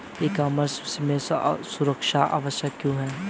ई commerce में सुरक्षा आवश्यक क्यों है?